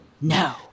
No